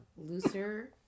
looser